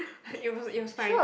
it was it was fine